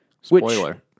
Spoiler